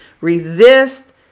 Resist